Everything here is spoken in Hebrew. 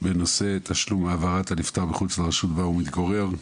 בנושא תשלום העברת הנפטר מחוץ לרשות בה הוא מתגורר.